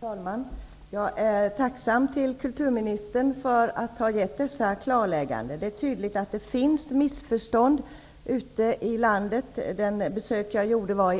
Fru talman! Jag är tacksam mot kulturministern för att hon har gjort dessa klarlägganden. Det är tydligt att detta har missförståtts ute i landet. Jag besökte